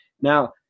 Now